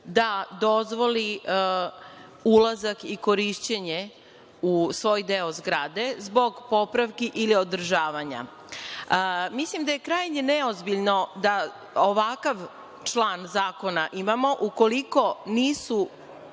da dozvoli ulazak i korišćenje u svoj deo zgrade zbog popravki ili održavanja. Mislim da je krajnje neozbiljno da ovakav član zakona imamo ukoliko nisu